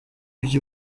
by’i